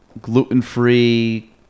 gluten-free